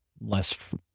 less